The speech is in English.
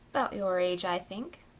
about your age i think.